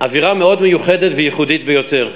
אווירה מיוחדת מאוד וייחודית ביותר,